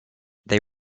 they